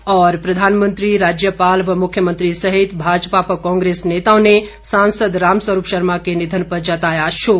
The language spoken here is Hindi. और प्रधानमंत्री राज्यपाल व मुख्यमंत्री सहित भाजपा व कांग्रेस नेताओं ने सांसद रामस्वरूप शर्मा के निधन पर जताया शोक